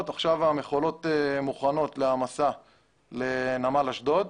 ועכשיו המכולות מוכנות להעמסה לנמל אשדוד.